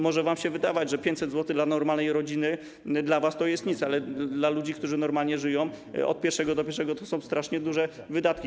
Może wam się wydawać, że 500 zł dla normalnej rodziny to jest nic, ale dla ludzi, którzy normalnie żyją od pierwszego do pierwszego to są strasznie duże wydatki.